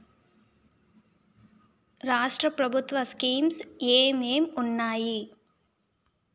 రాష్ట్రం ప్రభుత్వ స్కీమ్స్ ఎం ఎం ఉన్నాయి?